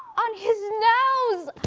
on his nose.